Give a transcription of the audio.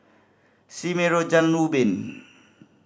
Sime Road Ubin